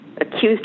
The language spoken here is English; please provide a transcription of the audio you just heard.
accused